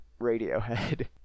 Radiohead